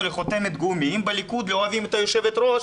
לחותמת גומי אם בליכוד לא אוהבים את יושבת-הראש,